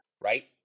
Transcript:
right